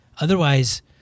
otherwise